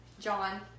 John